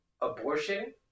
abortion